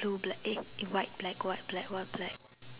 blue black eh white black white black white black